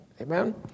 Amen